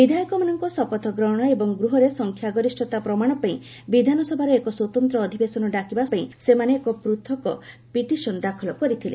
ବିଧାୟକମାନଙ୍କ ଶପଥଗ୍ରହଣ ଏବଂ ଗୃହରେ ସଂଖ୍ୟା ଗରିଷ୍ଠତା ପ୍ରମାଣ ପାଇଁ ବିଧାନସଭାର ଏକ ସ୍ୱତନ୍ତ୍ର ଅଧିବେଶନ ଡାକିବା ସହ ସେମାନେ ଏକ ପୃଥକ୍ ପିଟିସନ ଦାଖଲ କରିଥିଲେ